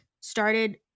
started